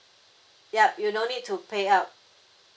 yup you no need to pay up